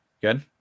Good